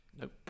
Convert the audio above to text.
Nope